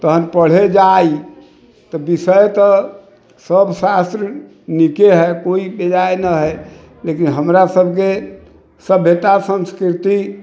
तखन पढ़ै जाइ तऽ विषय तऽ सब शास्त्र नीके है कोइ बेजाइ न है लेकिन हमरा सभके सभ्यता सन्स्कृति